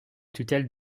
tutelle